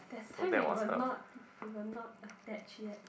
that time we were not we were not attached yet